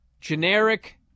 generic